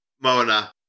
Mona